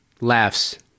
Laughs